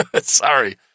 Sorry